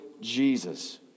Jesus